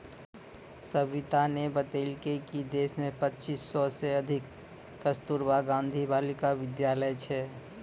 सविताने बतेलकै कि देश मे पच्चीस सय से अधिक कस्तूरबा गांधी बालिका विद्यालय छै